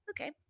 Okay